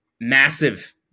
massive